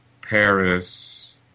Paris